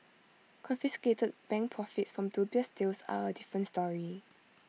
confiscated bank profits from dubious deals are A different story